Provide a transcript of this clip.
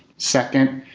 second,